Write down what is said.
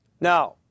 Now